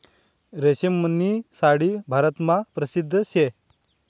रेशीमनी साडी भारतमा परशिद्ध शे